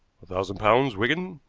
a thousand pounds, wigan,